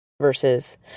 versus